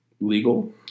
legal